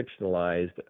fictionalized